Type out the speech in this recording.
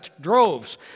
droves